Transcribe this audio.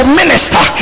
minister